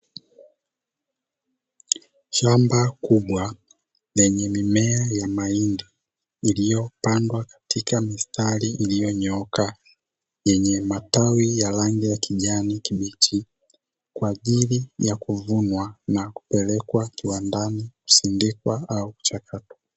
Shamba kubwa lenye mimea ya mahindi iliyopandwa katika mistari iliyonyooka yenye matawi rangi ya kijani kibichi, kwa ajili kuvunwa na kupelekwa kiwandani kusindikwa au kuchakatwa.